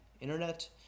internet